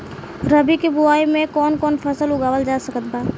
रबी के बोआई मे कौन कौन फसल उगावल जा सकत बा?